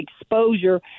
exposure